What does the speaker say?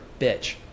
bitch